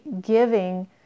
giving